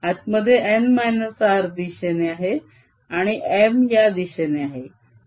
आतमध्ये n -r दिशेने आहे आणि M या दिशेने आहे